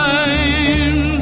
time